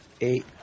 Eight